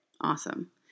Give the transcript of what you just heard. Awesome